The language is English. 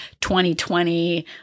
2020